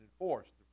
enforced